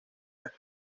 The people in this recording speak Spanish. las